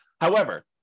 However-